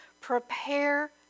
prepare